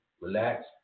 relax